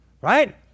Right